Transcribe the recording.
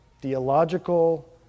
theological